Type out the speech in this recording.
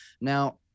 Now